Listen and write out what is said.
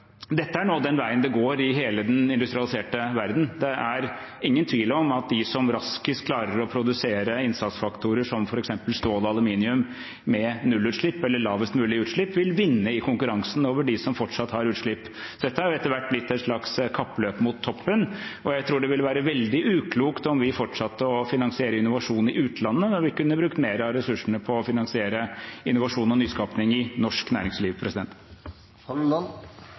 de som raskest klarer å produsere innsatsfaktorer som f.eks. stål og aluminium med nullutslipp eller lavest mulig utslipp, vil vinne i konkurransen over dem som fortsatt har utslipp. Så dette har etter hvert blitt et slags kappløp mot toppen, og jeg tror det ville være veldig uklokt om vi fortsatte å finansiere innovasjon i utlandet, når vi kunne brukt mer av ressursene på å finansiere innovasjon og nyskapning i norsk næringsliv.